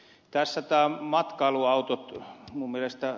minun mielestäni ed